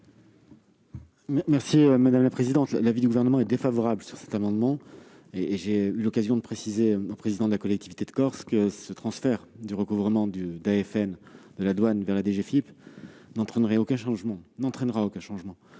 Le Gouvernement est également défavorable à cet amendement. J'ai eu l'occasion de préciser au président de la collectivité de Corse que le transfert du recouvrement du DAFN de la douane vers la DGFiP n'entraînera aucun changement